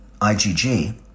IgG